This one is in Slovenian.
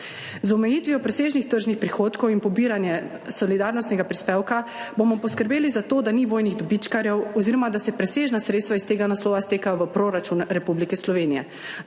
Z omejitvijo presežnih tržnih prihodkov in pobiranje solidarnostnega prispevka bomo poskrbeli za to, da ni vojnih dobičkarjev oziroma da se presežna sredstva iz tega naslova stekajo v proračun Republike Slovenije.